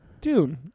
Dude